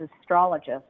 astrologist